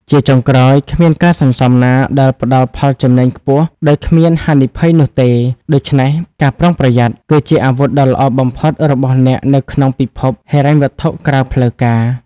ជាចុងក្រោយ គ្មានការសន្សំណាដែលផ្ដល់ផលចំណេញខ្ពស់ដោយគ្មានហានិភ័យនោះទេ ដូច្នេះ "ការប្រុងប្រយ័ត្ន" គឺជាអាវុធដ៏ល្អបំផុតរបស់អ្នកនៅក្នុងពិភពហិរញ្ញវត្ថុក្រៅផ្លូវការ។